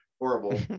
horrible